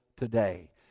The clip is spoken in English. today